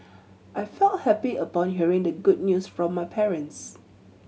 I felt happy upon hearing the good news from my parents